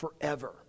forever